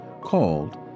called